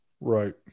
Right